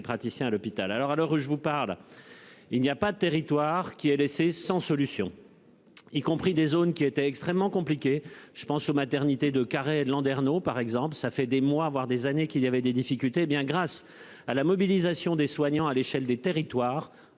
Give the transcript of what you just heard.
praticiens à l'hôpital alors à l'heure où je vous parle. Il n'y a pas de territoire qui est laissé sans solution. Y compris des zones qui étaient extrêmement compliqué, je pense aux maternités de Carhaix de Landerneau, par exemple, ça fait des mois voire des années, qu'il y avait des difficultés bien grâce à la mobilisation des soignants à l'échelle des territoires